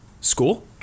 school